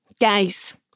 Guys